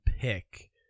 pick